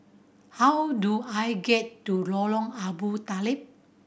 how do I get to Lorong Abu Talib